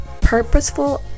purposeful